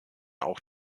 auch